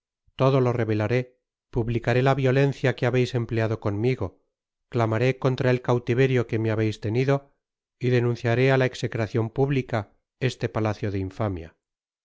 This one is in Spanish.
from google book search generated at que habeis empleado conmigo clamaré contra el cautiverio que me habeis tenido y denunciaré á la execracion pública este patacio de infamia